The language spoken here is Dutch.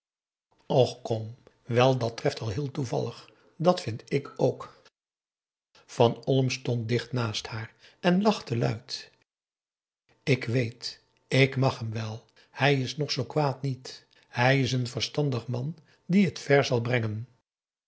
och kom wel dat treft al heel toevallig dat vind ik ook van olm stond dicht naast haar en lachte luid je weet ik mag hem wel hij is nog zoo kwaad niet hij is een verstandig man die het ver zal brengen